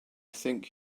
think